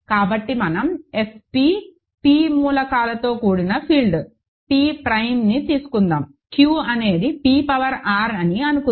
కాబట్టి మనం F p p మూలకాలతో కూడిన ఫీల్డ్ p ప్రైమ్ని తీసుకుందాం q అనేది p పవర్ R అని అనుకుందాం